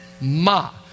ma